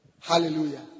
Hallelujah